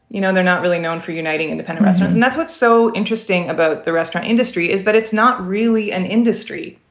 you know, they're not really known for uniting independent residents. and that's what's so interesting about the restaurant industry, is that it's not really an industry.